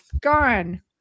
gone